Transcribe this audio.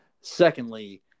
Secondly